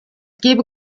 gebe